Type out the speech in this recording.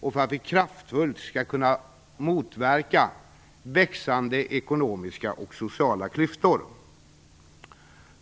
och för att vi kraftfullt skall kunna motverka växande ekonomiska och sociala klyftor.